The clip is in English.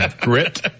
grit